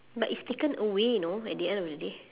but it's taken away you know at the end of the day